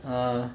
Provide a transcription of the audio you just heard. err